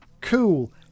cool